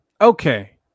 Okay